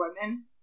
women